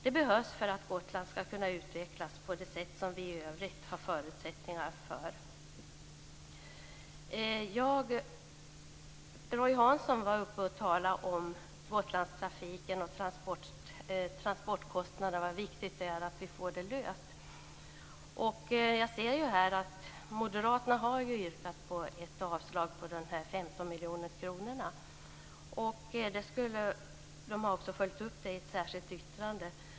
Det behövs för att Gotland skall kunna utvecklas på det sätt som det i övrigt finns förutsättningar för. Roy Hansson talade om Gotlandstrafiken och transportkostnader och om hur viktigt det är att problemet löses. Jag ser att moderaterna har yrkat avslag när det gäller förslaget om höjning av transportstödet med 15 miljoner kronor. De har också följt upp det i ett särskilt yttrande.